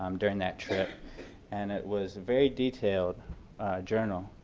um during that trip and it was very detailed journal.